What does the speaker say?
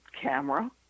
camera